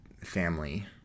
family